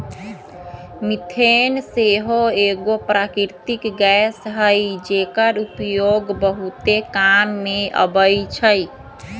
methane सेहो एगो प्राकृतिक गैस हई जेकर उपयोग बहुते काम मे अबइ छइ